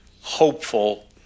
hopeful